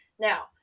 Now